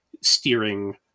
steering